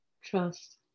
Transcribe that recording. trust